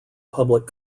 public